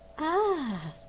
ah!